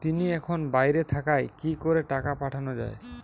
তিনি এখন বাইরে থাকায় কি করে টাকা পাঠানো য়ায়?